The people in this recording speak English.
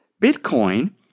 Bitcoin